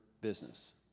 business